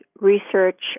research